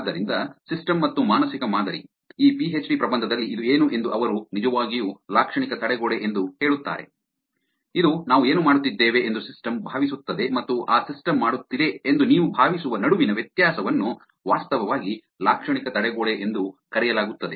ಆದ್ದರಿಂದ ಸಿಸ್ಟಮ್ ಮತ್ತು ಮಾನಸಿಕ ಮಾದರಿ ಈ ಪಿಎಚ್ಡಿ ಪ್ರಬಂಧದಲ್ಲಿ ಇದು ಏನು ಎಂದು ಅವರು ನಿಜವಾಗಿಯೂ ಲಾಕ್ಷಣಿಕ ತಡೆಗೋಡೆ ಎಂದು ಹೇಳುತ್ತಾರೆ ಇದು ನಾವು ಏನು ಮಾಡುತ್ತಿದ್ದೇವೆ ಎಂದು ಸಿಸ್ಟಮ್ ಭಾವಿಸುತ್ತದೆ ಮತ್ತು ಆ ಸಿಸ್ಟಮ್ ಮಾಡುತ್ತಿದೆ ಎಂದು ನೀವು ಭಾವಿಸುವ ನಡುವಿನ ವ್ಯತ್ಯಾಸವನ್ನು ವಾಸ್ತವವಾಗಿ ಲಾಕ್ಷಣಿಕ ತಡೆಗೋಡೆ ಎಂದು ಕರೆಯಲಾಗುತ್ತದೆ